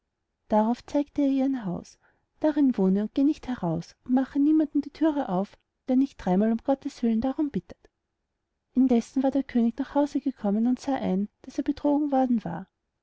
darauf zeigte er ihr ein haus darin wohne und geh nicht heraus und mache niemand die thür auf der nicht dreimal um gotteswillen darum bittet indessen war der könig nach haus gekommen und sah ein wie er betrogen worden war